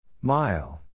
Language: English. Mile